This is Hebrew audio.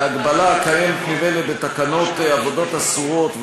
ההגבלה קיימת ממילא בתקנות עבודות אסורות,